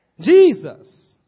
Jesus